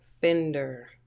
Fender